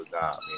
God